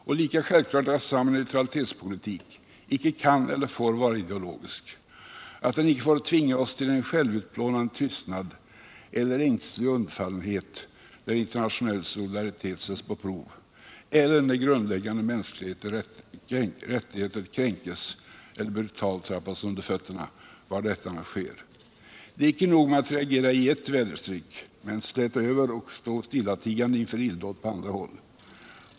Och lika självklart är att samma neutralitetspolitik icke kan och icke får var ideologisk, att den inte får tvinga oss till en självutplånande tystnad eller ängslig undfallenhet, när internationell solidaritet sätts på prov eller när grundläggande mänskliga rättigheter kränkes eller brutalt trampas under fötterna, var detta än sker. Det är icke nog med att reagera i ert väderstreck men släta över eller stå stillatigande inför illdåd på andra håll.